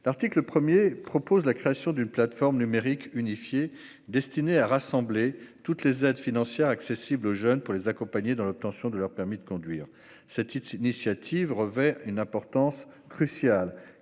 L'article 1 a pour objet la création d'une plateforme numérique unifiée destinée à rassembler toutes les aides financières accessibles aux jeunes pour les accompagner dans l'obtention de leur permis de conduire. Cette initiative revêt une importance cruciale,